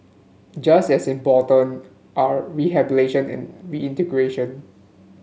just as important are rehabilitation and reintegration